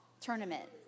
tournament